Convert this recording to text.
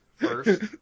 first